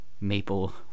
maple